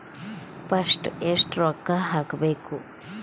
First ಎಷ್ಟು ರೊಕ್ಕ ಹಾಕಬೇಕು?